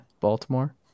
Baltimore